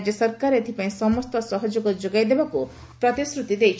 ରାଜ୍ୟ ସରକାର ଏଥିପାଇଁ ସମସ୍ତ ସହଯୋଗ ଯୋଗାଇ ଦେବାକୁ ପ୍ରତିଶ୍ରତି ଦେଇଛନ୍ତି